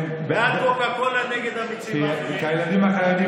כי הילדים החרדים,